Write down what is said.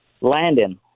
landon